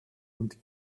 und